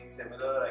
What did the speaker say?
similar